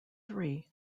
three